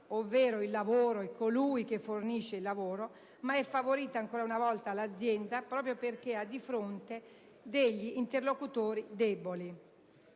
ovvero il lavoro e colui che fornisce il lavoro, ma è favorita ancora una volta l'azienda, proprio perché ha di fronte degli interlocutori deboli.